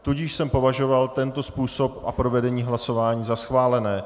Tudíž jsem považoval tento způsob a provedení hlasování za schválené.